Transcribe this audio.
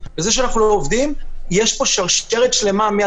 כמה שיותר לצמצם מגעים בין